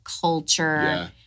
culture